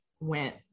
went